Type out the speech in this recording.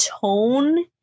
tone